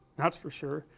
that's for sure,